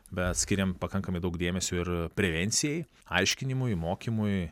bet skiriam pakankamai daug dėmesio ir prevencijai aiškinimui mokymui